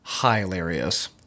hilarious